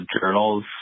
journals